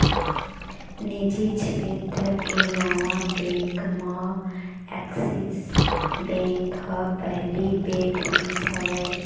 निजी छेत्र के नावा बेंक म ऐक्सिस बेंक ह पहिली बेंक रिहिस हवय